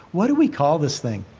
what do we call this thing?